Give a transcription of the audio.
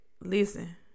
listen